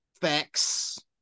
facts